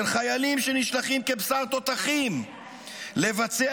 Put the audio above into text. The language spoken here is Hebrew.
של חיילים שנשלחים כבשר תותחים לבצע